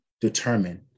determine